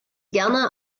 gerne